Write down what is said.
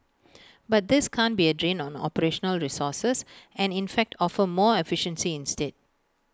but this can't be A drain on operational resources and in fact offer more efficiency instead